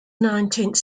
nineteenth